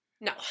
No